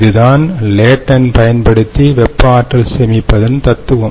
இதுதான் லேடண்ட் பயன்படுத்தி வெப்ப ஆற்றல் சேமிப்பதன் தத்துவம்